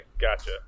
Gotcha